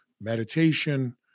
meditation